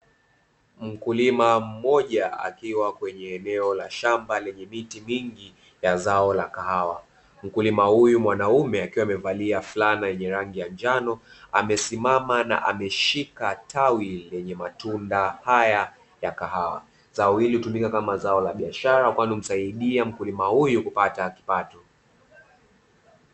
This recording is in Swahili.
Mkulima mmoja akiwa kwenye eneo la shamba lenye miti mingi ya zao la kahawa, mkulima huyu mwanaume akiwa amevalia fulana yenye rangi ya njano amesimama na ameshika tawi lenye matunda haya ya kahawa. Zao hili hutumika kama zao la biashara kwani humsaidia mkulima huyu kupata kipato.